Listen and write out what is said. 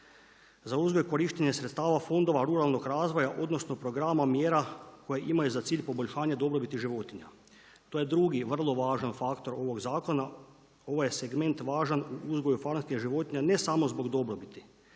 za uzgoj, korištenje sredstava fondova ruralnog razvoja, odnosno programa mjera koja imaju za cilj poboljšanje dobrobiti životinja. To je drugi vrlo važan faktor ovog zakona. Ovaj je segment važan u uzgoju farmerske životinje ne samo zbog dobrobiti